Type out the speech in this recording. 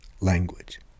language